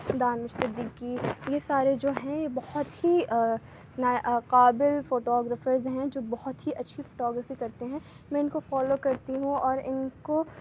دانش صدیقی یہ سارے جو ہیں یہ بہت ہی قابل فوٹو گرافرز ہیں جو بہت ہی اچھی فوٹو گرافی کرتے ہیں میں اِن کو فالو کرتی ہوں اور اِن کو